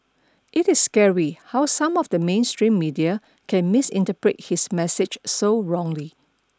it is scary how some of the mainstream media can misinterpret his message so wrongly